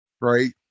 right